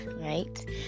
right